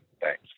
Thanks